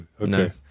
Okay